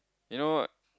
you know